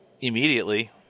immediately